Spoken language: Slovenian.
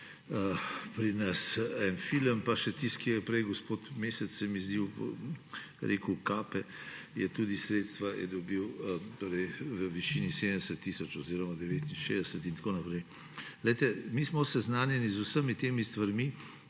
pri nas en film, pa še tisti, ko je prej gospod Mesec se mi zdi rekel, Kapa, je tudi sredstva je dobil, torej v višini 70 tisoč oziroma 69 in tako naprej. Glejte, mi smo seznanjeni z vsemi temi stvarmi,